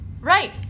Right